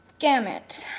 gamut